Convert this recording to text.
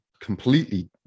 completely